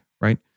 Right